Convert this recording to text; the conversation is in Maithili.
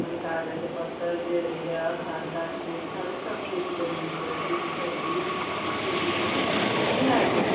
अपन कागज पत्तर जे अछि आधार कार्ड पेन कार्ड सबकिछु जमीनके रसीद सब दियौ अहाँके बीमा भए जाएत